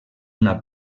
una